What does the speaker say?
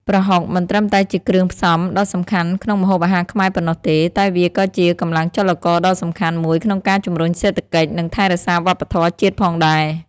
ប្រហុក មិនត្រឹមតែជាគ្រឿងផ្សំដ៏សំខាន់ក្នុងម្ហូបអាហារខ្មែរប៉ុណ្ណោះទេ តែវាក៏ជាកម្លាំងចលករដ៏សំខាន់មួយក្នុងការជំរុញសេដ្ឋកិច្ច និងថែរក្សាវប្បធម៌ជាតិផងដែរ។